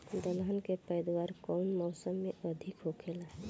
दलहन के पैदावार कउन मौसम में अधिक होखेला?